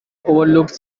overlooked